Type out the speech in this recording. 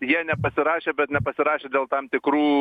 jie nepasirašė bet nepasirašė dėl tam tikrų